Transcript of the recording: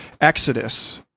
exodus